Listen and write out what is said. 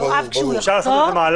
עם יואב כשהוא יחזור.